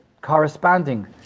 corresponding